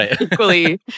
equally